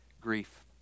grief